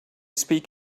speak